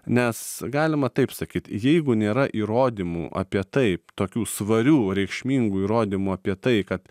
nes galima taip sakyt jeigu nėra įrodymų apie taip tokių svarių reikšmingų įrodymų apie tai kad